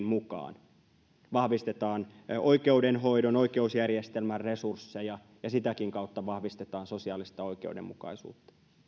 mukaan täällä vahvistetaan oikeudenhoidon oikeusjärjestelmän resursseja ja sitäkin kautta vahvistetaan sosiaalista oikeudenmukaisuutta